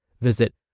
Visit